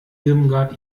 irmgard